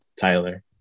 Tyler